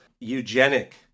eugenic